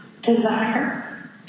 desire